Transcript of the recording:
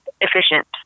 efficient